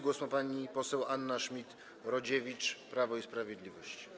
Głos ma pani poseł Anna Schmidt-Rodziewicz, Prawo i Sprawiedliwość.